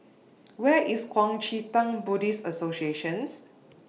Where IS Kuang Chee Tng Buddhist Association